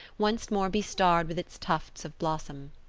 once more bestarred with its tufts of blossom.